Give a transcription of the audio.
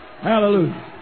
Hallelujah